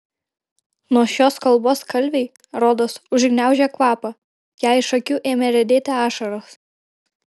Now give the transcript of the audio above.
nuo šios kalbos kalvei rodos užgniaužė kvapą jai iš akių ėmė riedėti ašaros